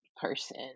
person